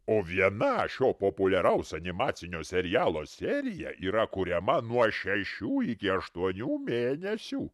o viena šio populiaraus animacinio serialo serija yra kuriama nuo šešių iki aštuonių mėnesių